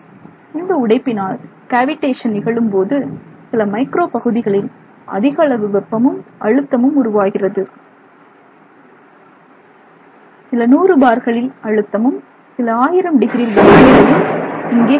இந்த உடைப்பினால் காவிடேஷன் நிகழும்போது சில மைக்ரோ பகுதிகளில் அதிக அளவு வெப்பமும் அழுத்தமும் உருவாகிறது சில நூறு பார்களில் அழுத்தமும் சில ஆயிரம் டிகிரியில் வெப்பநிலையும் இங்கே காணமுடியும்